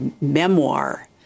memoir